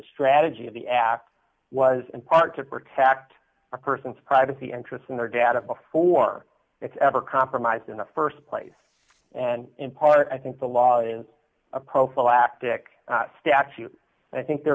strategy of the act was in part to protect a person's privacy interests in their data before it ever compromised in the st place and in part i think the law is a prophylactic statute and i think there